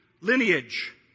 lineage